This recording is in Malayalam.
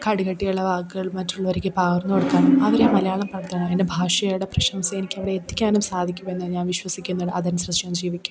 കടുകട്ടിയുള്ള വാക്കുകൾ മറ്റുള്ളവർക്ക് പകർന്ന് കൊടുക്കാനും അവർ മലയാളം പറഞ്ഞ് എന്റെ ഭാഷയുടെ പ്രശംസയെനിക്ക് അവിടെ എത്തിക്കാനും സാധിക്കുമെന്ന് ഞാൻ വിശ്വസിക്കുന്നു അതനുസരിച്ച് ഞാൻ ജീവിക്കും